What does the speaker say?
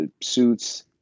suits